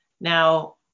Now